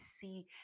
see